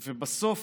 בסוף,